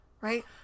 right